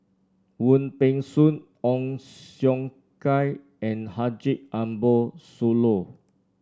Wong Peng Soon Ong Siong Kai and Haji Ambo Sooloh